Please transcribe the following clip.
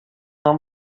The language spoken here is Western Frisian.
noch